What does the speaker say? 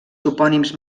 topònims